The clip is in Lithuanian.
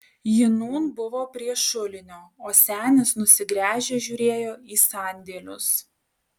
ji nūn buvo prie šulinio o senis nusigręžęs žiūrėjo į sandėlius